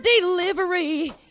delivery